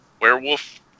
werewolf